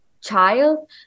child